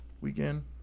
weekend